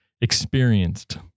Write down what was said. experienced